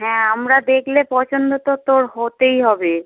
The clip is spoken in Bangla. হ্যাঁ আমরা দেখলে পছন্দ তো তোর হতেই হবে